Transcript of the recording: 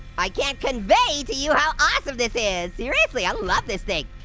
i can't convey to you how awesome this is. seriously, i love this thing.